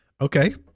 Okay